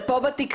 זה פה בתקרה.